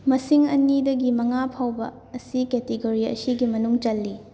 ꯃꯁꯤꯡ ꯑꯅꯤꯗꯒꯤ ꯃꯉꯥ ꯐꯥꯎꯕ ꯑꯁꯤ ꯀꯦꯇꯤꯒꯣꯔꯤ ꯑꯁꯤꯒꯤ ꯃꯅꯨꯡ ꯆꯜꯂꯤ